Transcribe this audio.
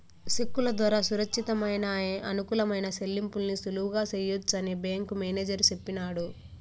సెక్కుల దోరా సురచ్చితమయిన, అనుకూలమైన సెల్లింపుల్ని సులువుగా సెయ్యొచ్చని బ్యేంకు మేనేజరు సెప్పినాడు